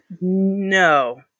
No